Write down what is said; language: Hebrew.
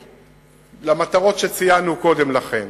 למטרות שציינו קודם לכן,